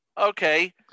okay